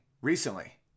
recently